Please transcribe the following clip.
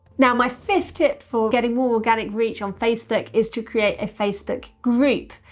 now, my fifth tip for getting more organic reach on facebook is to create a facebook group.